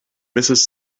mrs